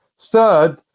Third